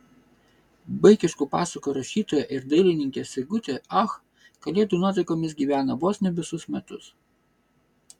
vaikiškų pasakų rašytoja ir dailininkė sigutė ach kalėdų nuotaikomis gyvena vos ne visus metus